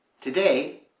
Today